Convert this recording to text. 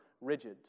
rigid